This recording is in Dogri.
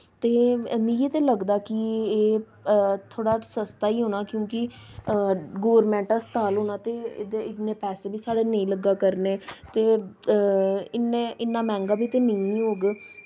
ते मिगी ते लगदा कि एह् थोह्ड़ा सस्ता ही होना क्योंकि गौरमैंट अस्पताल होना ते एह्दे इन्ने पैसे बी साढ़े नेईं लग्गा करने ते इन्ने इन्ना मैंह्गा बी ते नेईं होग